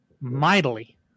mightily